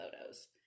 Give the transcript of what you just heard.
photos